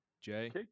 Jay